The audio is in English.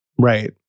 Right